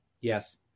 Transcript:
Yes